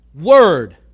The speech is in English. Word